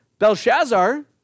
Belshazzar